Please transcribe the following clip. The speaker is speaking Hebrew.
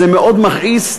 זה מאוד מכעיס,